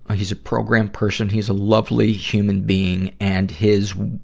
he's a program person. he is a lovely human being. and his,